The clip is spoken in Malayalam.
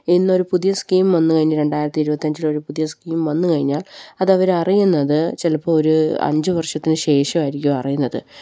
ഇന്നൊരു പുതിയ സ്കീം വന്നുകഴിഞ്ഞ് രണ്ടായിരത്തി ഇരുപത്തിയഞ്ചില് ഒരു പുതിയ സ്കീം വന്നുകഴിഞ്ഞാൽ അത് അവര് അറിയുന്നത് ചിലപ്പോള് ഒരു അഞ്ച് വർഷത്തിന് ശേഷമായിരിക്കും അറിയുന്നത്